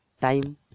time